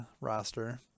roster